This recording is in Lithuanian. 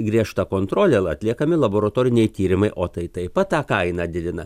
griežta kontrolė va atliekami laboratoriniai tyrimai o tai taip pat tą kainą didina